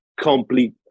complete